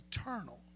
eternal